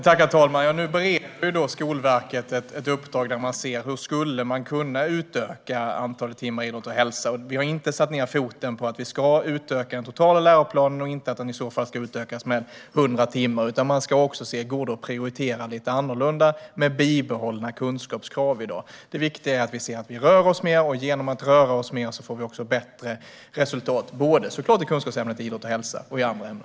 Herr talman! Nu bereder Skolverket ett uppdrag där man ser hur man skulle kunna utöka antalet timmar i idrott och hälsa. Vi har inte satt ned foten när det gäller att vi ska utöka den totala läroplanen och att den i så fall ska utökas med 100 timmar. Man ska också se om det går att prioritera lite annorlunda med bibehållna kunskapskrav i dag. Det viktiga är att vi ser till att vi rör oss mer. Genom att röra oss mer får vi också bättre resultat både, såklart, i kunskapsämnet idrott och hälsa och i andra ämnen.